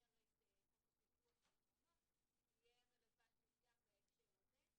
במסגרת חוק הפיקוח על מעונות תהיה רלבנטית גם בהקשר הזה.